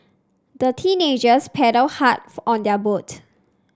the teenagers paddled hard on their boat